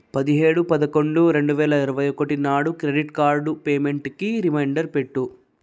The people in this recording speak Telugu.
పదిహేడు పదకొండు రెండు వేల ఇరవై ఒకటి నాడు క్రెడిట్ కార్డు పేమెంటుకి రిమైండర్ పెట్టు